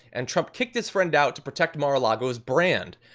and trump kicked his friend out to protect mar-a-lago's brand.